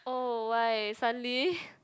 oh why suddenly